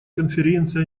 конференции